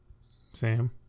sam